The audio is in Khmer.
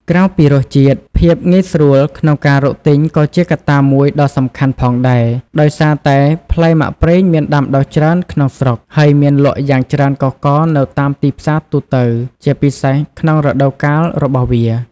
ក្រៅពីរសជាតិ ភាពងាយស្រួលក្នុងការរកទិញក៏ជាកត្តាមួយដ៏សំខាន់ផងដែរ ដោយសារតែផ្លែមាក់ប្រេងមានដាំដុះច្រើនក្នុងស្រុក ហើយមានលក់យ៉ាងច្រើនកុះករនៅតាមទីផ្សារទូទៅ ជាពិសេសក្នុងរដូវកាលរបស់វា។